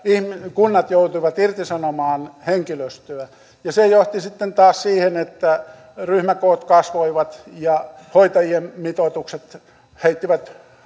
kunnat joutuivat irtisanomaan henkilöstöä ja se johti sitten taas siihen että ryhmäkoot kasvoivat ja hoitajien mitoitukset heittivät